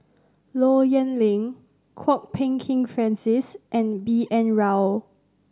Low Yen Ling Kwok Peng Kin Francis and B N Rao